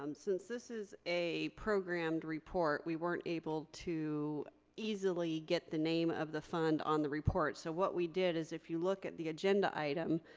um since this is a programmed report, we weren't able to easily get the name of the fund on the report. so what we did is if you look at the agenda item,